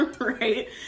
right